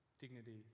dignity